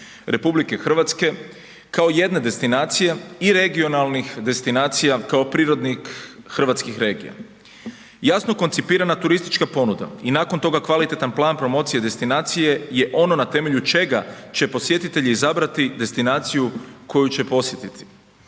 ponuda i sl. RH kao jedne destinacije i regionalnih destinacija kao prirodnih hrvatskih regija. Jasno koncipirana turistička ponuda i nakon toga kvalitetan plan promocije destinacije je ono na temelju čega će posjetitelji izabrati destinaciju koji će posjetiti.